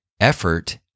effort